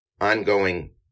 ongoing